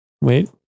Wait